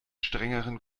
strengeren